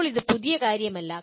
ഇപ്പോൾ ഇത് പുതിയ കാര്യമല്ല